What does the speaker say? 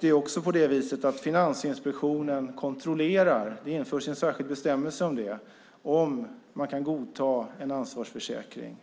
Det är också på det viset att Finansinspektionen kontrollerar - det införs en särskilt bestämmelse om det - om man kan godta en ansvarsförsäkring.